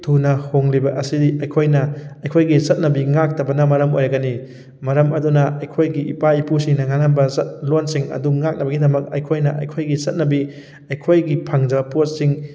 ꯊꯨꯅ ꯍꯣꯡꯂꯤꯕ ꯑꯁꯤꯗꯤ ꯑꯩꯈꯣꯏꯅ ꯑꯩꯈꯣꯏꯒꯤ ꯆꯠꯅꯕꯤ ꯉꯥꯛꯇꯕꯅ ꯃꯔꯝ ꯑꯣꯏꯒꯅꯤ ꯃꯔꯝ ꯑꯗꯨꯅ ꯑꯩꯈꯣꯏꯒꯤ ꯏꯄꯥ ꯏꯄꯨꯁꯤꯡꯅ ꯉꯥꯡꯂꯝꯕ ꯂꯣꯟꯁꯤꯡ ꯑꯗꯨ ꯉꯥꯛꯅꯕꯒꯤꯗꯃꯛ ꯑꯩꯈꯣꯏꯅ ꯑꯩꯈꯣꯏꯒꯤ ꯆꯠꯅꯕꯤ ꯑꯩꯈꯣꯏꯒꯤ ꯐꯪꯖꯕ ꯄꯣꯠꯁꯤꯡ